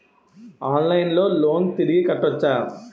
ఆన్లైన్లో లోన్ తిరిగి కట్టోచ్చా?